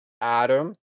Adam